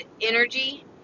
energy